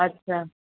अच्छा